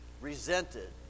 resented